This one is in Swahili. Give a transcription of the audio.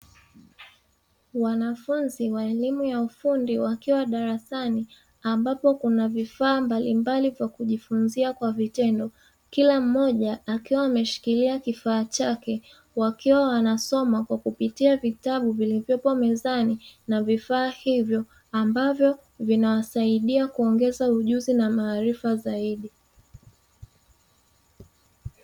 Wanafunzi wa elimu ya ufundi wakiwa darasani, ambapo kuna vifaa mbalimbali vya kujifunzia kwa vitendo. Kila mmoja akiwa ameshikilia kifaa chake, wakiwa wanasoma kwa kupitia vitabu vilivyopo mezani na vifaa hivyo, ambavyo vinawasaidia kuongeza ujuzi na maarifa zaidi.